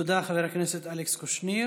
תודה, חבר הכנסת אלכס קושניר.